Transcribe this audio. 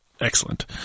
excellent